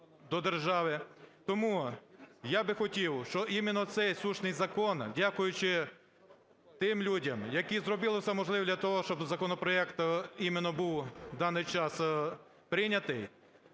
до держави. Тому я би хотів, щоб іменно цей сущий закон, дякуючи тим людям, які зробили все можливе для того, щоб законопроект іменно був в даний час прийнятий,